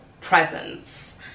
presence